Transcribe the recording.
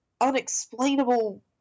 unexplainable